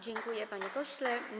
Dziękuję, panie pośle.